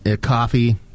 coffee